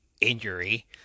injury